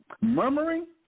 murmuring